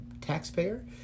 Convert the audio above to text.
taxpayer